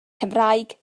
cymraeg